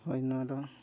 ᱦᱳᱭ ᱱᱚᱣᱟ ᱫᱚ